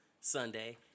Sunday